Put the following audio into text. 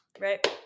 right